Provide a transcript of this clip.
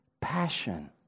passion